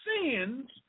sins